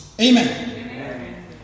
Amen